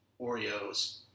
Oreos